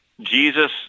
Jesus